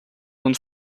und